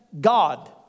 God